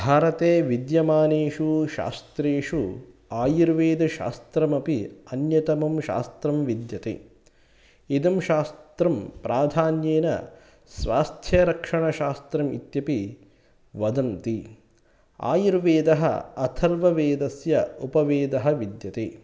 भारते विद्यमानेषु शास्त्रेषु आयुर्वेदशास्त्रमपि अन्यतमं शास्त्रं विद्यते इदं शास्त्रं प्राधान्येन स्वास्थ्यरक्षणशास्त्रम् इत्यपि वदन्ति आयुर्वेदः अथर्ववेदस्य उपवेदः विद्यते